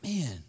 Man